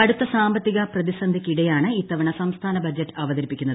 കടുത്ത സാമ്പത്തിക പ്രതിസന്ധിയ്ക്കിടെയാണ് ഇത്തവണ സംസ്ഥാന ബജറ്റ് അവതരിപ്പിക്കുന്നത്